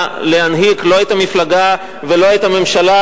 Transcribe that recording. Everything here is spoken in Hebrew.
להנהיג לא את המפלגה ולא את הממשלה,